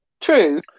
True